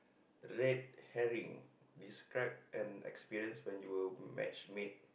red hairy describe an experience when you were matchmade